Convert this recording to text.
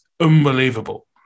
unbelievable